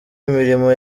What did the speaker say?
imirimo